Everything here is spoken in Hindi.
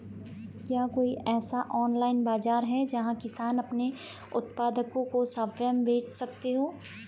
क्या कोई ऐसा ऑनलाइन बाज़ार है जहाँ किसान अपने उत्पादकों को स्वयं बेच सकते हों?